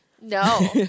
No